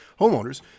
homeowners